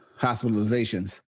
hospitalizations